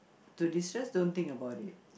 to destress don't think about it